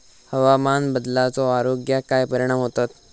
हवामान बदलाचो आरोग्याक काय परिणाम होतत?